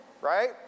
right